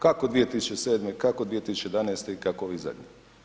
Kako 2007., kako 2011. i kako ovi zadnji.